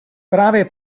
právě